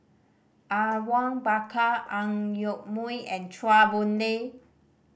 Awang Bakar Ang Yoke Mooi and Chua Boon Lay